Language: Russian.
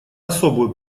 особую